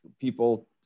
people